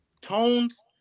Tones